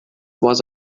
was